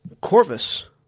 Corvus